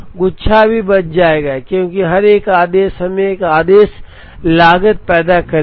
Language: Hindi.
गुच्छा भी बच जाएगा क्योंकि हर एक आदेश हमें एक आदेश लागत पैदा करेगा